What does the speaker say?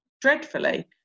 dreadfully